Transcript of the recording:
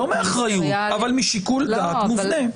לא מאחריות, אבל משיקול דעת מובנה.